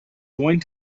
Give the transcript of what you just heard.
going